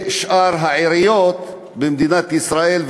לשאר העיריות במדינת ישראל,